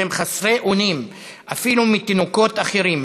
והם חסרי אונים אפילו מתינוקות אחרים,